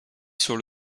sur